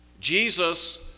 Jesus